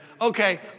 okay